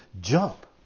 jump